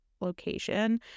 location